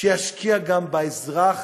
שישקיע גם באזרח,